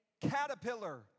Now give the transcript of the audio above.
caterpillar